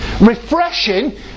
Refreshing